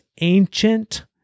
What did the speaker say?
ancient